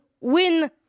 win